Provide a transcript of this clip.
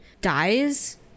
dies